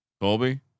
Colby